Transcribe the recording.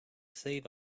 save